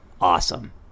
awesome